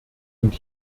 und